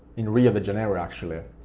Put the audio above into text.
in rio de janeiro actually.